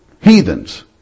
heathens